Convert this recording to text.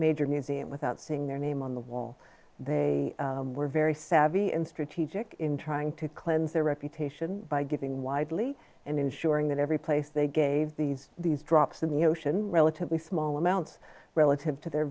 major museum without seeing their name on the wall they were very savvy and strategic in trying to cleanse their reputation by giving widely and ensuring that every place they gave these these drops in the ocean relatively small amounts relative to their